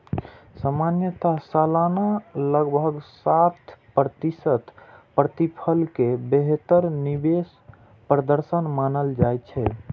सामान्यतः सालाना लगभग सात प्रतिशत प्रतिफल कें बेहतर निवेश प्रदर्शन मानल जाइ छै